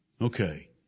Okay